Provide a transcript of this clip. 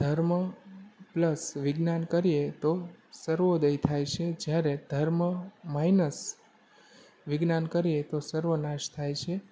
ધર્મ પ્લસ વિજ્ઞાન કરીએ તો સર્વોદય થાય છે જ્યારે ધર્મ માઇનસ વિજ્ઞાન કરીએ તો સર્વનાશ થાય છે